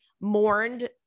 mourned